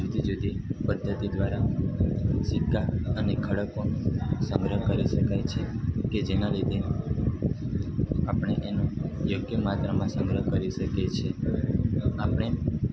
જુદી જુદી પદ્ધતિ દ્વારા સિક્કા અને ખડકોનું સંગ્રહ કરી શકાય છે કે જેના લીધે આપણે એનું યોગ્ય માત્રામાં સંગ્રહ કરી શકીએ છીએ આપણે